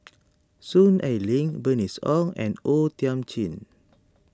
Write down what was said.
Soon Ai Ling Bernice Ong and O Thiam Chin